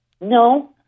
No